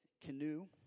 canoe